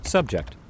Subject